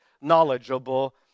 knowledgeable